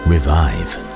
Revive